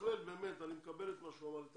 אני מקבל את מה שהוא אמר על תכלול.